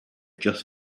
just